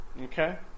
Okay